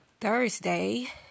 Thursday